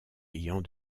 ayant